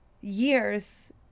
years